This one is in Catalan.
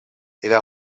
era